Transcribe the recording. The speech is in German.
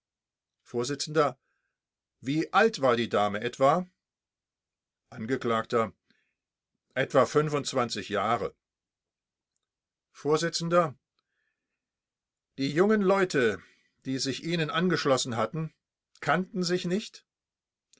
vors wie alt war die dame etwa angekl etwa jahre vors die jungen leute die sich ihnen angeschlossen hatten kannten sie nicht